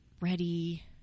ready